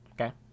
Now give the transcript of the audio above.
Okay